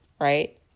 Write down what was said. right